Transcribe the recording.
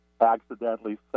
accidentally